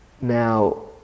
Now